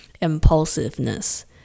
impulsiveness